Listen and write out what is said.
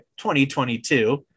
2022